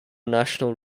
national